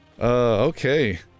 Okay